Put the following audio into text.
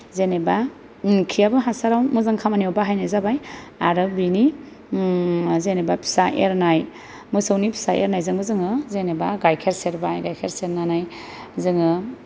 जेनेबा खिआबो हासाराव मोजां खामानियाव बाहायनाय जाबाय आरो बिनि जेनेबा फिसा एरनाय मोसौनि फिसा एरनायजोंबो जोङो जेनेबा गाइखेर सेरबाय गाइखेर सेरनानै जोङो